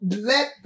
let